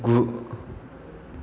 गु